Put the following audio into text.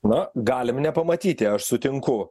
na galim nepamatyti aš sutinku